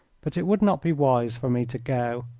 but it would not be wise for me to go.